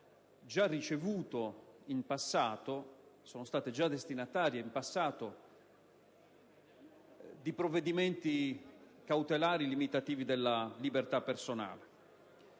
sono già state destinatarie di provvedimenti cautelari limitativi della libertà personale.